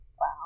Wow